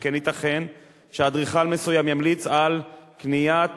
שכן ייתכן שאדריכל מסוים ימליץ על קניית